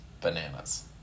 bananas